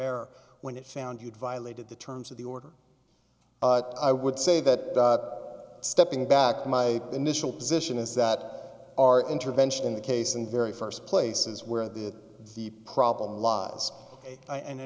air when it found you had violated the terms of the order but i would say that stepping back my initial position is that our intervention in the case and very first places where the the problem lies and